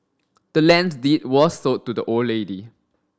the land's deed was sold to the old lady